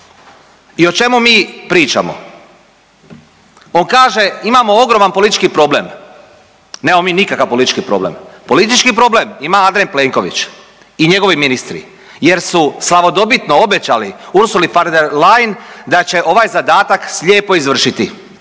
i o čemu mi pričamo? On kaže imamo ogroman politički problem, nemamo mi nikakav politički problem, politički problem ima Andrej Plenković i njegovi ministri jer su slavodobitno obećali Ursuli von der Leyen da će ovaj zadatak slijepo izvršiti